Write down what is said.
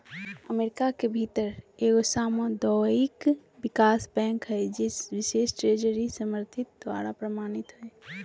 America के भीतर एगो सामुदायिक विकास बैंक हइ जे बिशेष ट्रेजरी समर्थित द्वारा प्रमाणित हइ